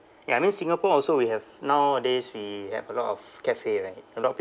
ya I mean singapore also we have nowadays we have a lot of cafe right a lot of